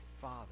Father